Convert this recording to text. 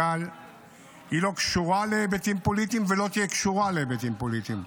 היא לא קשורה להיבטים פוליטיים ולא תהיה קשורה להיבטים פוליטיים.